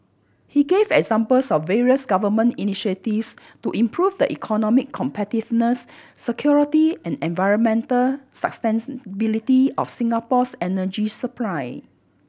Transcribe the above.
he gave examples of various Government initiatives to improve the economic competitiveness security and environmental sustainability of Singapore's energy supply